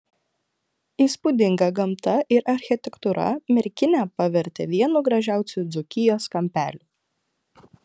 įspūdinga gamta ir architektūra merkinę pavertė vienu gražiausių dzūkijos kampelių